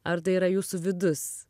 ar tai yra jūsų vidus